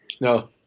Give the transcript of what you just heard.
No